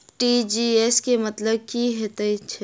TGS केँ मतलब की हएत छै?